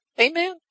Amen